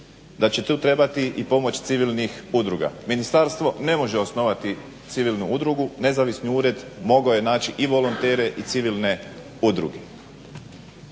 da će tu trebati i pomoć civilnih udruga. Ministarstvo ne može osnovati civilnu udrugu. Nezavisni ured mogao je naći i volontere i civilne udruge.